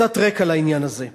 קצת רקע לעניין הזה.